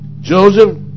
Joseph